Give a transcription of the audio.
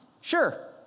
Sure